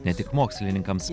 ne tik mokslininkams